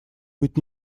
быть